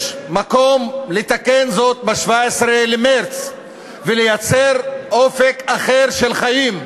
יש מקום לתקן זאת ב-17 במרס ולייצר אופק אחר של חיים,